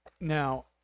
now